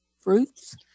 fruits